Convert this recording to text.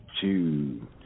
two